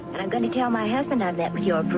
i'm going to tell my husband i've met with your